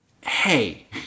Hey